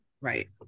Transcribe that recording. Right